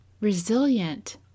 resilient